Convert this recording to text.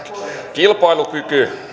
kilpailukyky